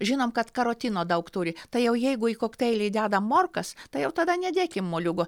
žinom kad karotino daug turi tai jau jeigu į kokteilį dedam morkas tai jau tada nedėkim moliūgo